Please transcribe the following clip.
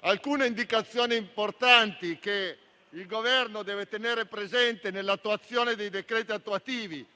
alcune indicazioni importanti che il Governo deve tenere presente nella definizione dei decreti attuativi: